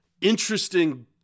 interesting